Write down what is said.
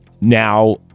now